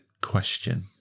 question